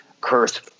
curse